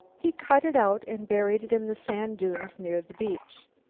he cut it out and buried it in the sand dunes near the beach.